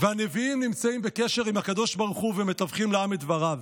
הנביאים נמצאים בקשר עם הקדוש ברוך הוא ומתווכים לעם את דבריו.